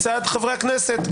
מצד חברי הכנסת.